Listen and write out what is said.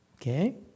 Okay